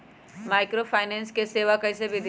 Microfinance के सेवा कइसे विधि?